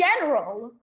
general